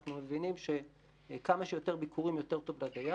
אנחנו מבינים שכמה שיותר ביקורים יותר טוב לדייר,